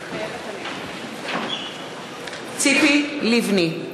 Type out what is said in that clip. מתחייבת אני ציפי לבני,